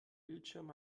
bildschirm